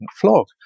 flog